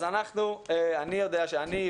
אני יודע שאני,